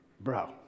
bro